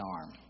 arm